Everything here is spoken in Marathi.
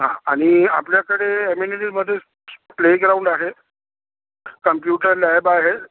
हां आणि आपल्याकडे ॲमिनिटीजमधे प्लेग्राउंड आहे कम्प्युटर लॅब आहे